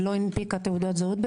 לא הנפיקה שם תעודות זהות.